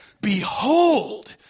behold